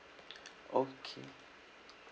okay